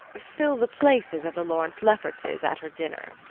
fill the places of the lawrence leffertses at her dinner.